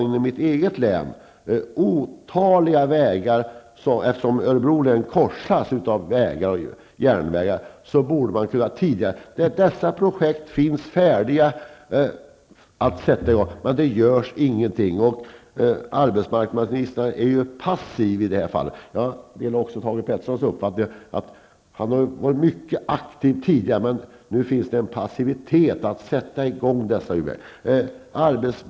I mitt eget län har vi otaliga vägar, därför att vägar och järnvägar korsar i Örebro län. Flera projekt finns där färdiga att sättas i gång, men det görs ingenting. Arbetsmarknadsministern är passiv i det här fallet. Jag delar Thage G Petersons uppfattning att arbetsmarknadsministern var mycket aktiv tidigare, men nu finns en passivitet när det gäller att sätta i gång olika projekt.